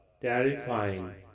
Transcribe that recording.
terrifying